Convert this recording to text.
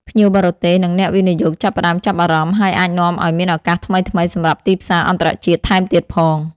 ភ្ញៀវបរទេស និងអ្នកវិនិយោគចាប់ផ្តើមចាប់អារម្មណ៍ ហើយអាចនាំឲ្យមានឱកាសថ្មីៗសម្រាប់ទីផ្សារអន្តរជាតិថែមទៀតផង។